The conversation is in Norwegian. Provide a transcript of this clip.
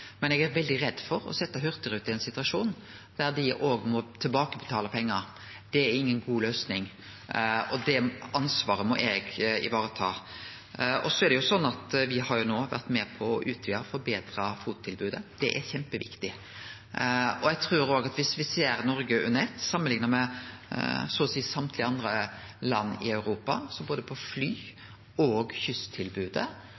Men eg er veldig redd for å setje Hurtigruten i ein situasjon der dei må tilbakebetale pengar. Det er inga god løysing, og det ansvaret må eg vareta. Me har jo no vore med på å utvide og forbetre FOT-tilbodet. Det er kjempeviktig. Eg trur òg at viss me ser Noreg under eitt, samanlikna med så å seie alle andre land i Europa, så kjem me relativt sett betre ut på både